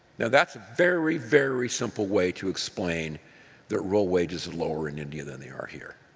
now, that's a very, very simple way to explain that real wages are lower in india than they are here.